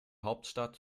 hauptstadt